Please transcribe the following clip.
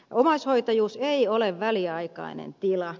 omaishoitajuus ei ole väliaikainen tila